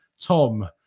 tom